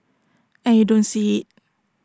and you don't see IT